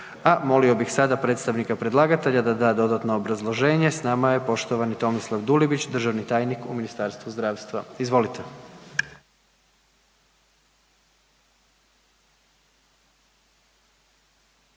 Molio bih sada predstavnika predlagatelja da da dodatno obrazloženje? S nama je poštovani Tomislav Dulibić državni tajnik u Ministarstvu zdravstva. Izvolite.